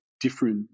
different